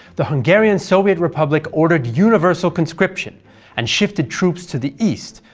the hungarian soviet republic ordered universal conscription and shifted troops to the east,